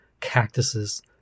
Cactuses